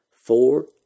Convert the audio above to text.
four